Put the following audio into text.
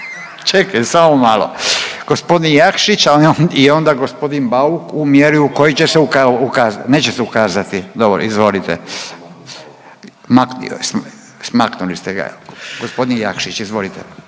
Čekaj samo malo. Gospodin Jakšić i onda gospodin Bauk u mjeri u kojoj će se ukazati, neće se ukazati. Dobro. Izvolite. Maknuli ste ga. Gospodin Jakšić izvolite.